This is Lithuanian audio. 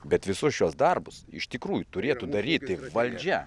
bet visus šiuos darbus iš tikrųjų turėtų daryti valdžia